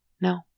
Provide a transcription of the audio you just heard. No